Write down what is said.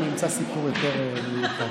אמצא סיפור יותר מיוחד.